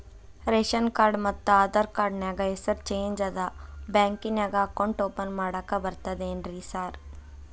Ration card ಮತ್ತ Aadhaar card ನ್ಯಾಗ ಹೆಸರು ಚೇಂಜ್ ಅದಾ ಬ್ಯಾಂಕಿನ್ಯಾಗ ಅಕೌಂಟ್ ಓಪನ್ ಮಾಡಾಕ ಬರ್ತಾದೇನ್ರಿ ಸಾರ್?